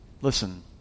listen